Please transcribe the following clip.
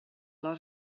lot